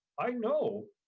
i know,